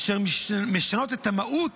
אשר משנות את המהות